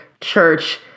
church